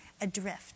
adrift